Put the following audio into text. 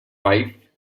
wife